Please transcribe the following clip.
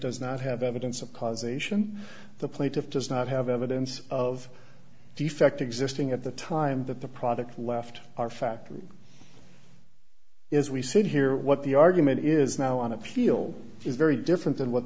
does not have evidence of causation the plaintiff does not have evidence of a defect existing at the time that the product left our factory as we sit here what the argument is now on appeal is very different than what